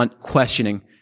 questioning